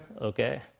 okay